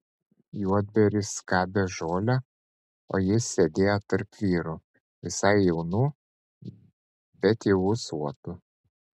juodbėris skabė žolę o jis sėdėjo tarp vyrų visai jaunų bet jau ūsuotų